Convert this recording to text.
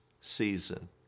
season